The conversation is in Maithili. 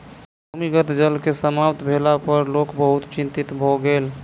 भूमिगत जल के समाप्त भेला पर लोक बहुत चिंतित भ गेल